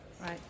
right